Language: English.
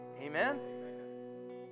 Amen